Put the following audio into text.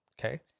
Okay